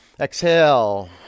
Exhale